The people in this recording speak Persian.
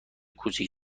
کوچک